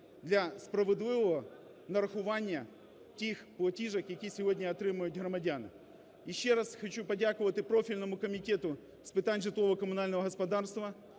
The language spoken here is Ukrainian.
для справедливого нарахування тих платіжок, які сьогодні отримують громадяни. Ще раз хочу подякувати профільному Комітету з питань житлово-комунального господарства